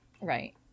right